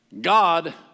God